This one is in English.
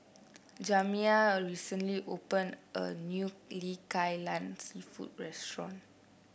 Jamiya recently opened a new Kai Lan seafood restaurant